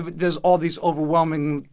but there's all these overwhelming,